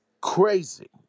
crazy